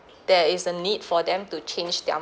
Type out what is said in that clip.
there is a need for them to change their